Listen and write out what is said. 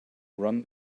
run